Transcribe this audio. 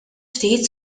ftit